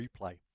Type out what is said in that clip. replay